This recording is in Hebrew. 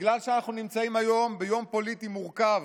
בגלל שאנחנו נמצאים היום ביום פוליטי מורכב,